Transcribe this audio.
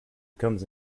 becomes